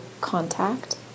contact